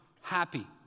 happy